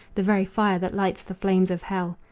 the very fire that lights the flames of hell.